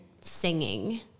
singing